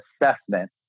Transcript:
assessment